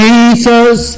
Jesus